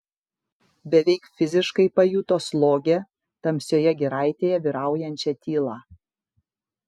beveik fiziškai pajuto slogią tamsioje giraitėje vyraujančią tylą